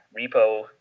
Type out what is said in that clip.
Repo